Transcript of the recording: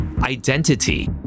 identity